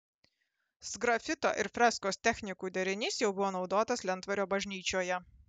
sgrafito ir freskos technikų derinys jau buvo naudotas lentvario bažnyčioje